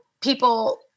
people